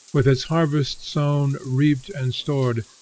with its harvest sown, reaped, and stored,